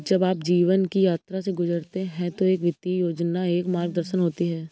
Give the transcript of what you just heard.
जब आप जीवन की यात्रा से गुजरते हैं तो एक वित्तीय योजना एक मार्गदर्शन होती है